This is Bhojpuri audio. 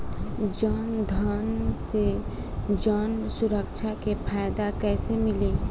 जनधन से जन सुरक्षा के फायदा कैसे मिली?